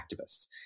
activists